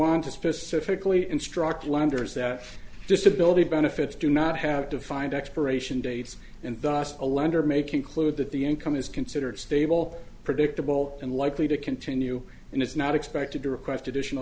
on to specifically instruct lenders that disability benefits do not have defined expiration dates and thus a lender may conclude that the income is considered stable predictable and likely to continue and it's not expected to request additional